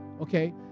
okay